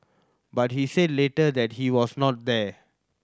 but he said later that he was not there